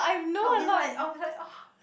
I'll be like I'll be like ah